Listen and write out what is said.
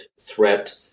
threat